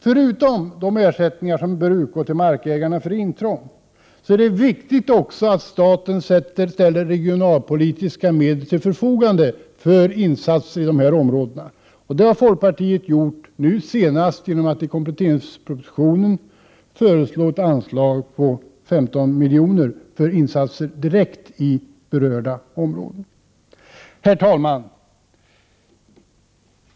Förutom de ersättningar som bör utgå till markägarna för intrång är det också viktigt att staten ställer regionalpolitiska medel till förfogande för insatser i dessa områden. I kompletteringspropositionen har folkpartiet föreslagit ett anslag på 15 milj.kr. för insatser direkt i berörda områden. Herr talman!